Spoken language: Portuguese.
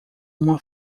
uma